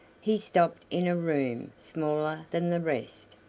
he stopped in a room smaller than the rest,